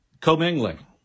commingling